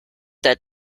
that